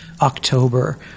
october